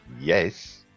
yes